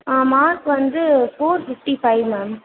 ஆ mark வந்து four fifty five ma'am